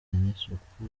n’isuku